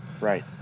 Right